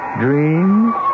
dreams